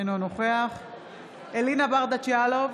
אינו נוכח אלינה ברדץ' יאלוב,